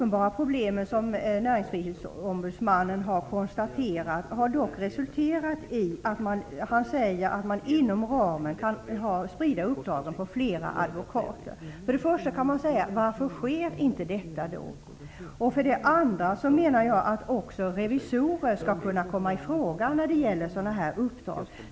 Näringsfrihetsombudsmannen har sagt att man inom ramen kan sprida uppdragen på flera advokater. För det första kan man fråga varför detta då inte sker. För det andra menar jag att även revisorer skall kunna komma i fråga när det gäller sådana här uppdrag.